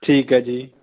ਠੀਕ ਹੈ ਜੀ